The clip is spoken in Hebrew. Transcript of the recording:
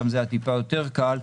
שם זה היה טיפה יותר קל,